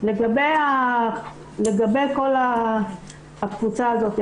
לגבי כל הקבוצה הזאת.